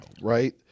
right